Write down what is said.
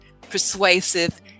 persuasive